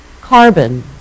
carbon